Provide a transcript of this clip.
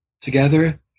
together